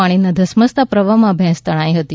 પાણીના ધસમસતાના પ્રવાહમાં ભેંસ તણાઇ હતી